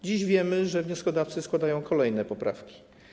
Dziś wiemy, że wnioskodawcy składają kolejne poprawki.